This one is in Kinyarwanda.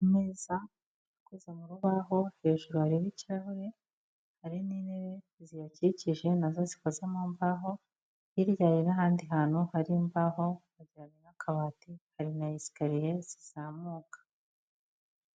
Ameza akoze mu rubaho hejuru hareba ikirahure, hari n'intebe ziyakikije na zo zikoze mu mbaho, hirya hari n'ahandi hantu hari imbaho hegeranye n'akabati, hari na esikariye zizamuka.